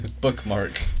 Bookmark